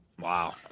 Wow